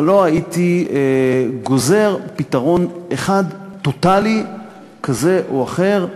אבל לא הייתי גוזר פתרון אחד טוטלי כזה או אחר.